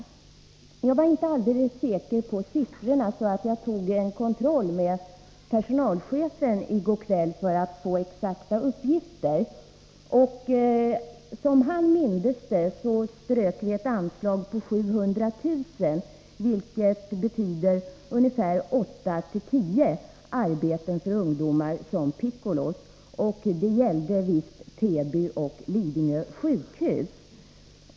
Eftersom jag inte var alldeles säker på de siffror som gällde i det här exemplet från Stockholms läns landsting, kontaktade jag personalchefen där i går kväll för att få exakta uppgifter. Som han mindes det, strök landstinget ett anslag på 700 000 kr., vilket betyder ungefär 8-10 arbeten för ungdomar som pickolor — jag tror att det gällde Täby och Lidingö sjukhus.